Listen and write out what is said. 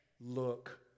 look